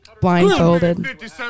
blindfolded